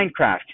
Minecraft